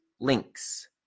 links